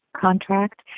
contract